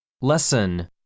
lesson